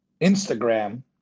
Instagram